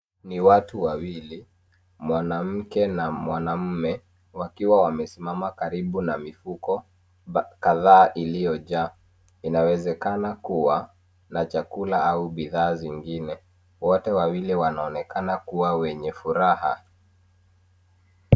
Ni watu wawili, mwanamke na mwanamume, wakiwa wamesimama karibu na mifuko kadhaa iliyojaa. Inawezekana kuwa na chakula au bidhaa zingine. Wote wawili wanaonekana kuwa wenye furaha.